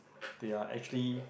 they are actually